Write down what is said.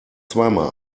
zweimal